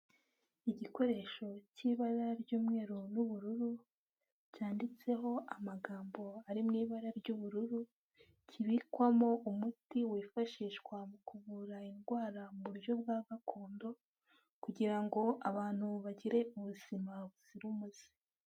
Igikoresho cy'ibara ry'umweru n'ubururu, cyanditseho amagambo ari mu ibara ry'ubururu, kibikwamo umuti wifashishwa mu kuvura indwara mu buryo bwa gakondo, kugira ngo abantu bagire ubuzima buzira umuze.